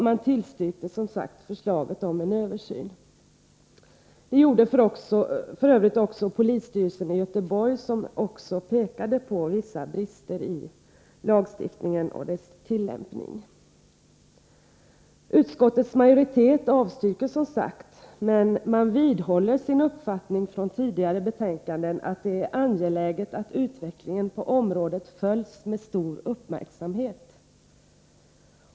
Man tillstyrkte som sagt förslaget om en översyn, Det gjorde f.ö. även polisstyrelsen i Göteborg, som också pekade på vissa brister i lagstiftningen och dess tillämpning. Utskottets majoritet avstyrker motionen, men den vidhåller sin uppfattning från tidigare betänkanden att det är angeläget att utvecklingen på området följs med stor uppmärksamhet.